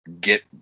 get